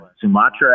Sumatra